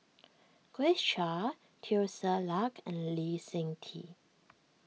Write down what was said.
Grace Chia Teo Ser Luck and Lee Seng Tee